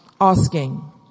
asking